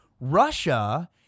Russia